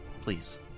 Please